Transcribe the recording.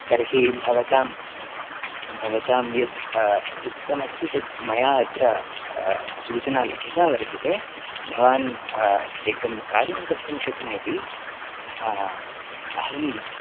तर्हि भवतां भवतां यत् उक्तमस्ति तत् मया अत्र सूचना लिखिता वर्तते भवान् एकं कार्यं कर्तुं शक्नोति अहम्